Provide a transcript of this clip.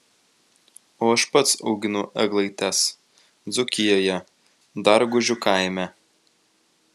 o aš pats auginu eglaites dzūkijoje dargužių kaime